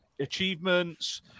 achievements